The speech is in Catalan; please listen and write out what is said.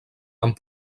amb